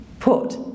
put